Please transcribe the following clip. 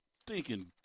stinking